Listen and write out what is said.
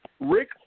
Rick